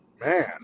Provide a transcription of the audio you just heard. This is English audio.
Man